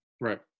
right